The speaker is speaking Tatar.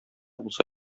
булса